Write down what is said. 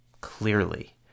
clearly